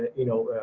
you know,